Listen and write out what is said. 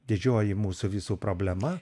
didžioji mūsų visų problema